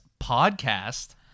Podcast